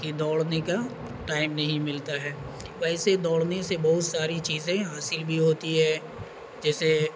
کہ دوڑنے کا ٹائم نہیں ملتا ہے ویسے دوڑنے سے بہت ساری چیزیں حاصل بھی ہوتی ہے جیسے